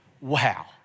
Wow